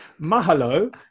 Mahalo